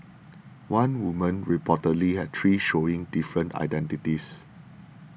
one woman reportedly had three showing different identities